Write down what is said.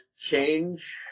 change